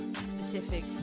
specific